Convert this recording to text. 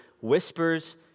whispers